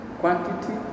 quantity